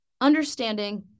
understanding